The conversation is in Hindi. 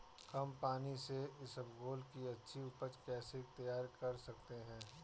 कम पानी से इसबगोल की अच्छी ऊपज कैसे तैयार कर सकते हैं?